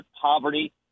poverty